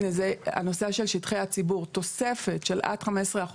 הנושא של שטחי הציבור - תוספת של עד 15%